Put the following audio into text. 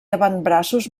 avantbraços